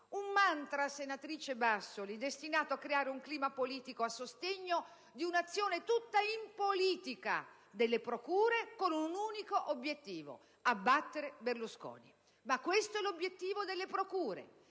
Un mantra, senatrice Bassoli, destinato a creare un clima politico a sostegno dell'azione "impolitica" delle procure e con un unico obiettivo: abbattere Berlusconi! Ma questo è l'obiettivo delle procure;